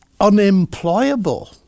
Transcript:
unemployable